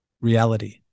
reality